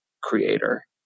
creator